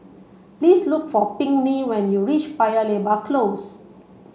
please look for Pinkney when you reach Paya Lebar Close